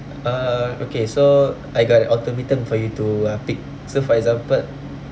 uh okay so I got an ultimatum for you to uh pick so for example